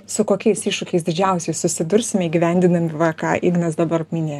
su kokiais iššūkiais didžiausiais susidursime įgyvendinant va ką ignas dabar minėjo